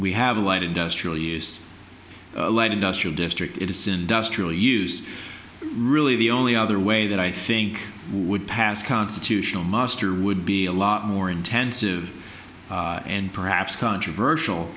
we have a light industrial use light industrial district it is industrial use really the only other way that i think would pass constitutional muster would be a lot more intensive and perhaps controversial